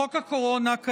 חוק הקורונה, כידוע,